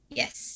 yes